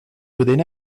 within